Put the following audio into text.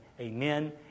Amen